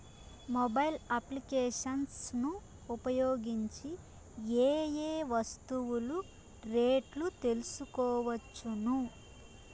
Mobile applications ను ఉపయోగించి ఏ ఏ వస్తువులు రేట్లు తెలుసుకోవచ్చును?